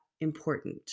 important